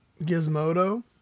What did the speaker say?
Gizmodo